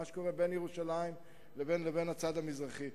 למשל מה שקורה בין ירושלים לבין הצד המזרחי.